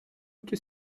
qu’est